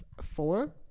four